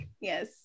Yes